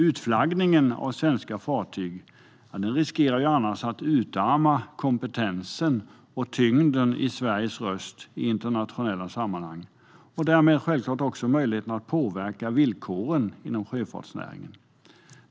Utflaggningen av svenska fartyg riskerar att utarma kompetensen och tyngden i Sveriges röst i internationella sammanhang och därmed självklart också möjligheten att påverka villkoren inom sjöfartsnäringen.